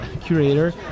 curator